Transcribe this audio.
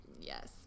Yes